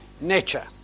nature